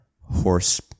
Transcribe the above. horse